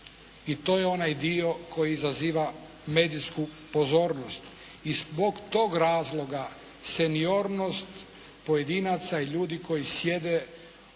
i to je onaj dio koji izaziva medijsku pozornost. I zbog tog razloga seniornost pojedinaca i ljudi koji sjede u